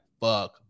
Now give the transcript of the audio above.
fuck